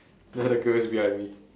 there the girl is behind me